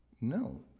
No